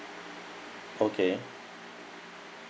okay